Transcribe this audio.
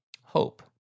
hope